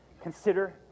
consider